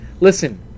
listen –